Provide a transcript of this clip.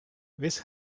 this